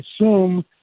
assume